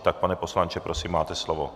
Tak pane poslanče, prosím, máte slovo.